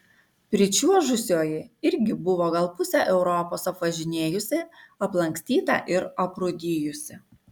pričiuožusioji irgi buvo gal pusę europos apvažinėjusi aplankstyta ir aprūdijusi